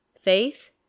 faith